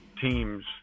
teams